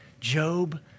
Job